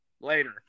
Later